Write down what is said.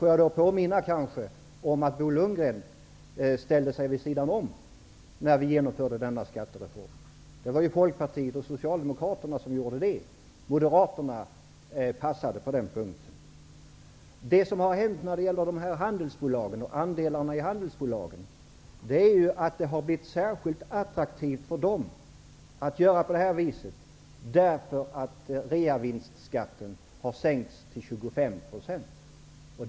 Får jag då påminna om att Bo Lundgren ställde sig vid sidan om när vi genomförde denna skattereform. Det var Folkpartiet och Socialdemokraterna som gjorde den. Moderaterna passade på denna punkt. Det som har hänt när det gäller andelarna i handelsbolag är att reavinstskatten har sänkts till 25 %. Därför har det blivit särskilt attraktivt med skatteplanering.